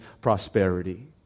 prosperity